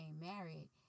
married